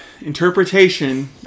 interpretation